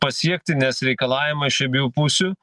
pasiekti nes reikalavimai iš abiejų pusių